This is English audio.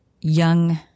young